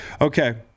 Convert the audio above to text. Okay